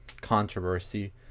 controversy